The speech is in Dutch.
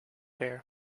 weer